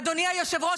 אדוני היושב-ראש,